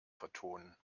vertonen